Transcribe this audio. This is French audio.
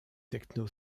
techno